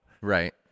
Right